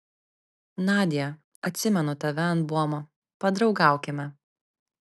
nadia atsimenu tave ant buomo padraugaukime